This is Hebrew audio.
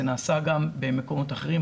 זה נעשה גם במקומות אחרים.